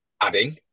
adding